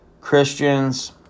Christians